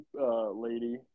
lady